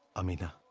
amina,